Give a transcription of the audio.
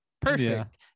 Perfect